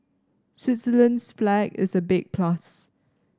Switzerland's flag is a big plus